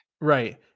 right